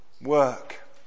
Work